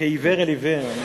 כעיוור אל עיוור.